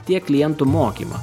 tiek klientų mokymą